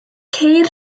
ceir